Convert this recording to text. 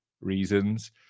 reasons